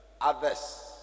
Others